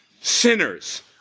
sinners